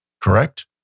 correct